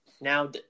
now